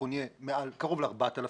נהיה עם קרוב ל-4,000